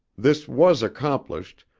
this was accomplished,